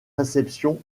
réception